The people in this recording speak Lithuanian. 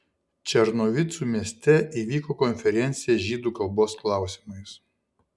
černovicų mieste įvyko konferencija žydų kalbos klausimais